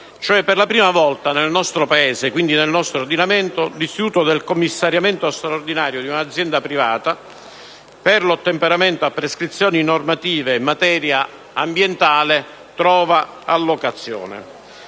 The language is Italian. per la prima volta nel nostro Paese e, quindi, nel nostro ordinamento, l'istituto del commissariamento straordinario di un'azienda privata per l'ottemperamento a prescrizioni normative in materia ambientale trova allocazione.